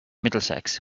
middlesex